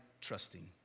trusting